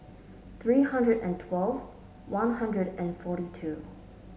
three hundred and twelve One Hundred and forty two